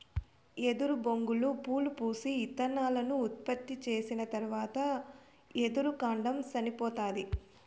ఎదురు బొంగులు పూలు పూసి, ఇత్తనాలను ఉత్పత్తి చేసిన తరవాత ఎదురు కాండం సనిపోతాది